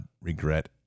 regret